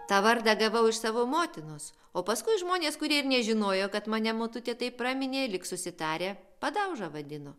tą vardą gavau iš savo motinos o paskui žmonės kurie ir nežinojo kad mane motutė taip praminė lyg susitarę padauža vadino